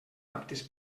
aptes